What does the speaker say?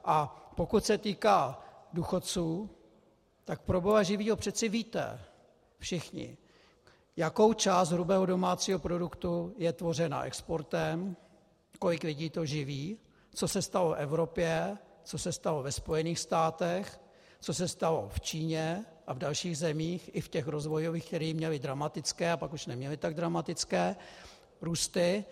A pokud se týká důchodců, tak přece víte všichni, jaká část hrubého domácího produktu je tvořená exportem, kolik lidí to živí, co se stalo Evropě, co se stalo ve Spojených státech, co se stalo v Číně a v dalších zemích, i v těch rozvojových, které měly dramatické, ale pak už neměly tak dramatické růsty.